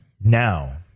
now